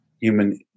human